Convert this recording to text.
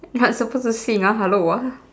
not supposed to sing ah hello ah